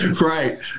Right